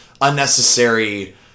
unnecessary